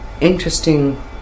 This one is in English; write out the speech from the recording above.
interesting